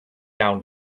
down